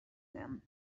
them